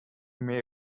may